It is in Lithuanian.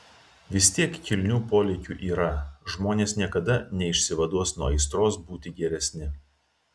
vis tiek kilnių polėkių yra žmonės niekada neišsivaduos nuo aistros būti geresni